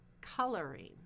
coloring